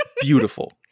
beautiful